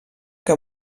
que